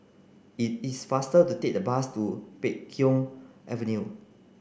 it is faster to take the bus to Pheng Avenue